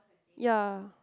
ya